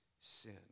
sin